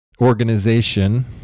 organization